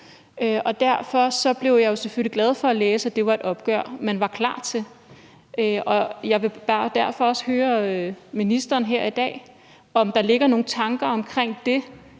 og derfor blev jeg selvfølgelig glad for at læse, at det var et opgør, man var klar til. Jeg vil derfor også bare høre ministeren her i dag, om der ligger nogle tanker omkring det,